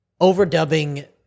overdubbing